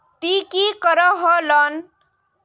ती की करोहो लोन?